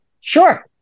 Sure